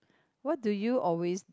what do you always